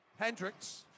Hendricks